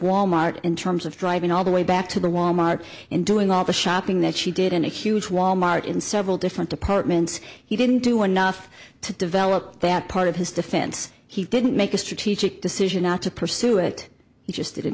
wal mart in terms of driving all the way back to the wal mart and doing all the shopping that she did in a huge wal mart in several different departments he didn't do enough to develop that part of his defense he didn't make a strategic decision not to pursue it